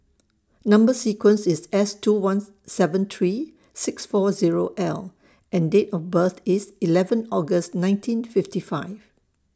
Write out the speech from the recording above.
Number sequence IS S two one seven three six four Zero L and Date of birth IS eleven August nineteen fifty five